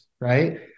Right